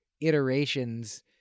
iterations